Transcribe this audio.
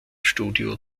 studio